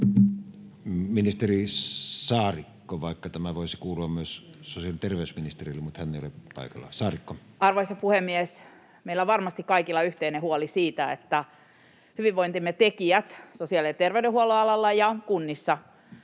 Ministeri Saarikko. Tämä voisi kuulua myös sosiaali- ja terveysministerille, mutta hän ei ole paikalla. — Saarikko. Arvoisa puhemies! Meillä on varmasti kaikilla yhteinen huoli hyvinvointimme tekijöistä ja siitä, että sosiaali- ja terveydenhuollon alalla ja kunnissa